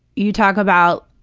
you talk about,